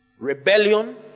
Rebellion